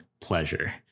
pleasure